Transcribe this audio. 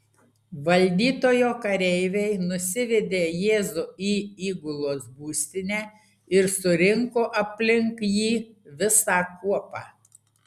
valdytojo kareiviai nusivedė jėzų į įgulos būstinę ir surinko aplink jį visą kuopą